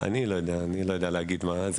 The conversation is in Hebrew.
אני לא יודע, אני לא יודע להגיד.